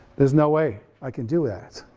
there's no way i can do that,